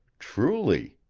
truly,